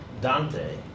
Dante